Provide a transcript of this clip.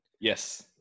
Yes